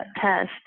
test